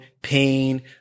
pain